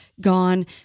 gone